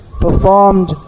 performed